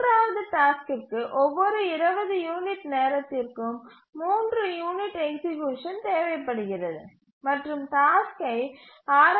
மூன்றாவது டாஸ்க்கிற்கு ஒவ்வொரு 20 யூனிட் நேரத்திற்கும் 3 யூனிட் எக்சீக்யூசன் தேவைப்படுகிறது மற்றும் டாஸ்க்கை ஆர்